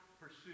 pursue